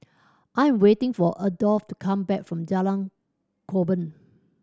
I am waiting for Adolf to come back from Jalan Korban